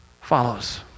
follows